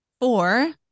four